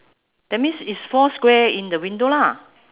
that means it's four square in the window ah